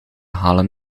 halen